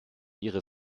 ihre